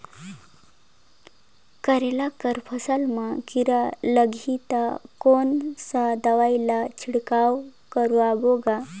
करेला कर फसल मा कीरा लगही ता कौन सा दवाई ला छिड़काव करबो गा?